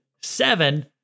seven